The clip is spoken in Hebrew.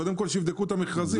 קודם כול, שיבדקו את המכרזים.